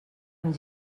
amb